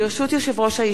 כן, בעד, 11,